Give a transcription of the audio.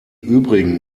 übrigen